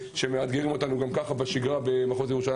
שמאתגרים אותנו גם ככה בשגרה במחוז ירושלים.